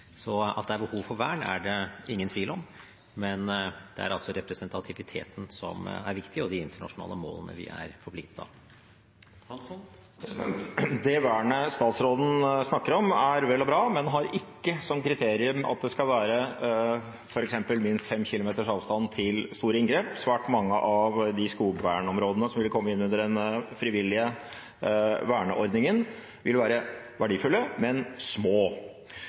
Så at det er behov for vern, er det ingen tvil om, men det er altså representativiteten som er viktig, og de internasjonale målene vi er forpliktet av. Det vernet statsråden snakker om, er vel og bra, men har ikke som kriterium at det skal være f.eks. minst 5 kilometers avstand til store inngrep. Svært mange av de skogvernområdene som vil komme inn under den frivillige verneordningen, vil være verdifulle, men små.